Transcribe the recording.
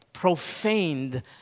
profaned